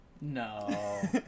No